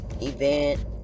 event